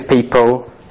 people